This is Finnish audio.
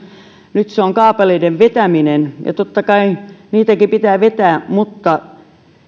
nyt syy on kaapeleiden vetäminen ja totta kai niitäkin pitää vetää mutta